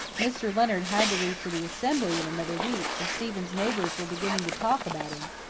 mr. leonard had to leave for the assembly in another week and stephen's neighbours were beginning to talk about him.